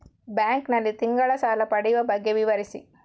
Bank ನಲ್ಲಿ ತಿಂಗಳ ಸಾಲ ಪಡೆಯುವ ಬಗ್ಗೆ ವಿವರಿಸಿ?